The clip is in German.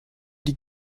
die